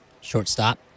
shortstop